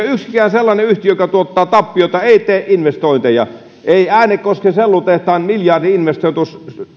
yksikään sellainen yhtiö joka tuottaa tappiota ei tee investointeja ei äänekosken sellutehtaan miljardi investointeja